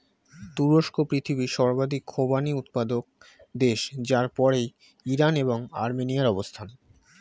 তুরস্ক পৃথিবীর সর্বাধিক খোবানি উৎপাদক দেশ যার পরেই ইরান এবং আর্মেনিয়ার অবস্থান